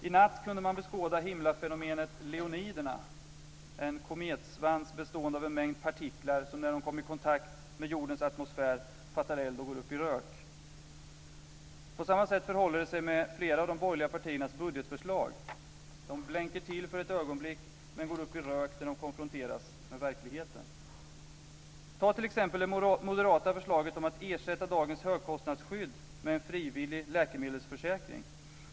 I natt kunde man beskåda himlafenomenet Leoniderna - en kometsvans bestående av en mängd partiklar som när de kommer i kontakt med jordens atmosfär fattar eld och går upp i rök. På samma sätt förhåller det sig med flera av de borgerliga partiernas budgetförslag. De blänker till för ett ögonblick men går upp i rök när de konfronteras med verkligheten. Ta t.ex. det moderata förslaget om att ersätta dagens högkostnadsskydd med en frivillig läkemedelsförsäkring.